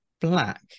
black